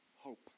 hope